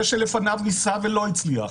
זה שלפניו ניסה ולא הצליח.